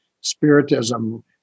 Spiritism